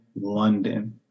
London